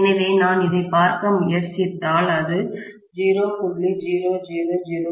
எனவே நான் இதைப் பார்க்க முயற்சித்தால் இது 0